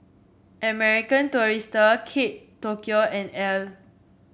American Tourister Kate Tokyo and Elle